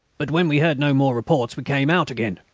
but when we heard no more reports we came out again,